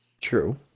True